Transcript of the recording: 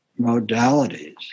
modalities